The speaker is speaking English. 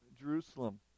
Jerusalem